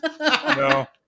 No